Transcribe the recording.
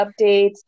updates